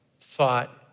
thought